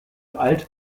alt